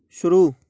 शुरू